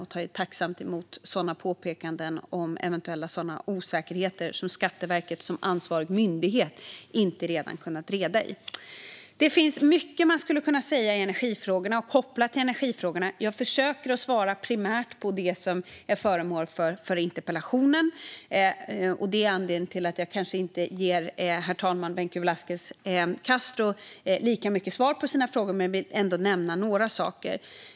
Vi tar tacksamt emot påpekanden om eventuella osäkerheter som Skatteverket, som ansvarig myndighet, inte redan kunnat reda ut. Det finns mycket man skulle kunna säga kopplat till energifrågorna. Jag försöker svara primärt på det som är föremål för interpellationen. Det är anledningen till att jag kanske inte ger Daniel Vencu Velasquez Castro lika mycket svar på hans frågor. Men jag vill ändå nämna några saker.